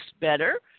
better